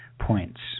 points